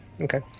Okay